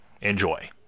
Enjoy